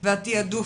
והתעדוף.